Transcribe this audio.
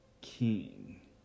king